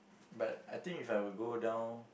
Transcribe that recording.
but I think if I were go down